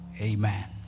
Amen